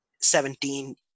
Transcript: seventeen